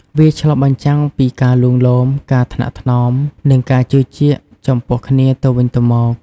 វាឆ្លុះបញ្ចាំងពីការលួងលោម ការថ្នាក់ថ្នម និងការជឿជាក់ចំពោះគ្នាទៅវិញទៅមក។